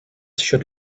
should